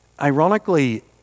Ironically